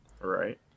Right